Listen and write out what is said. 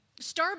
Starbucks